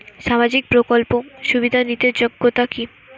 সামাজিক প্রকল্প সুবিধা নিতে যোগ্যতা কি?